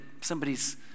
somebody's